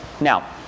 Now